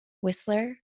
Whistler